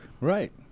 Right